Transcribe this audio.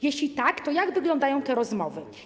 Jeśli tak, to jak wyglądają te rozmowy?